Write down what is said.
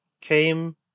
came